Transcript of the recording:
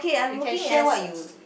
you can share what you